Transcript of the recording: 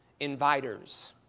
inviters